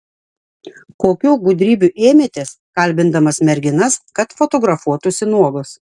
kokių gudrybių ėmėtės kalbindamas merginas kad fotografuotųsi nuogos